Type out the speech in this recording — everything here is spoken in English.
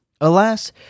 Alas